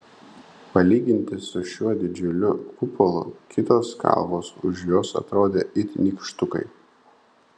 palyginti su šiuo didžiuliu kupolu kitos kalvos už jos atrodė it nykštukai